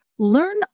Learn